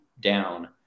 down